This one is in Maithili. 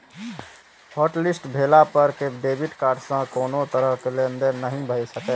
हॉटलिस्ट भेला पर डेबिट कार्ड सं कोनो तरहक लेनदेन नहि भए सकैए